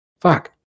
fuck